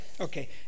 Okay